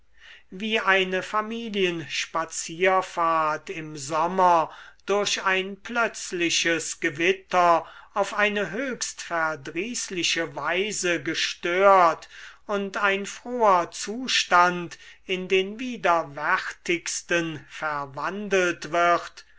wie eine familienspazierfahrt im sommer durch ein plötzliches gewitter auf eine höchst verdrießliche weise gestört und ein froher zustand in den widerwärtigsten verwandelt wird